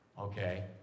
okay